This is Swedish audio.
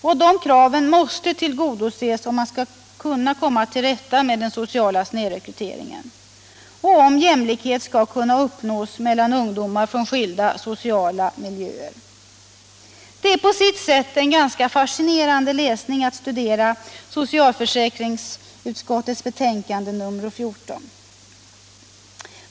Och dessa krav måste tillgodoses om man skall kunna komma till rätta med den sociala snedrekryteringen och om jämlikhet skall kunna uppnås mellan ungdomar från skilda sociala miljöer. Det är på sitt sätt fascinerande att studera socialförsäkringsutskottets betänkande nr 18.